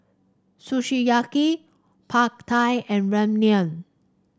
park Thai and Ramyeon